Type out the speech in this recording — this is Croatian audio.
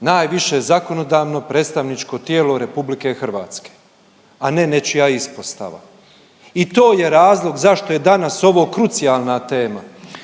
najviše zakonodavno predstavničko tijelo RH, a ne nečija ispostava i to je razlog zašto je danas ovo krucijalna tema.